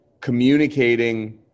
communicating